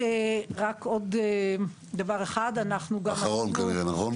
עוד דבר אחד, -- אחרון כנראה, נכון?